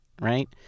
right